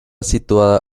situada